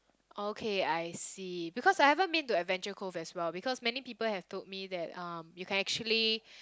okay I see because I haven't been to Adventure-Cove as well because many people have told me that um you can actually